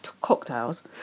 cocktails